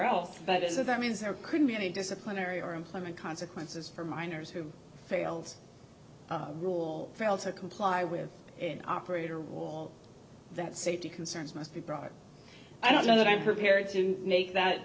else but as if that means there couldn't be any disciplinary or employment consequences for miners who fails rule fails to comply with an operator wall that safety concerns must be brought i don't know that i'm prepared to make that